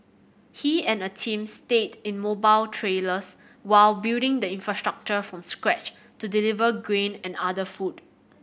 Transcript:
he and a team stayed in mobile trailers while building the infrastructure from scratch to deliver grain and other food